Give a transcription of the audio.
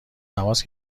تماس